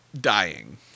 dying